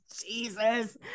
Jesus